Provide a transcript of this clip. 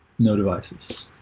no devices,